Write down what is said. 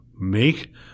make